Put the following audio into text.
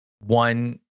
one